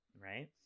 right